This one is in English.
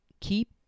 Keep